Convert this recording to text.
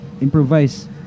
Improvise